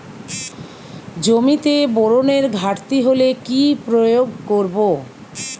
জমিতে বোরনের ঘাটতি হলে কি প্রয়োগ করব?